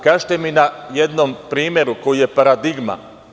Kažite na jednom primeru koji je paradigma.